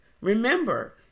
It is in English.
Remember